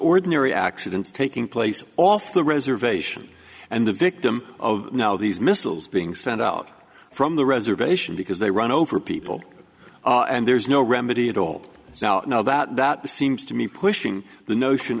ordinary accident taking place off the reservation and the victim of these missiles being sent out from the reservation because they run over people and there's no remedy at all now know that that seems to me pushing the notion